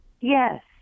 Yes